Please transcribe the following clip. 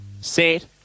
Set